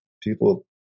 People